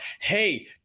hey